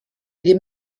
ddim